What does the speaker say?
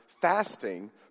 fasting